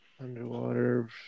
underwater